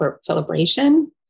celebration